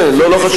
כן, לא חשוב.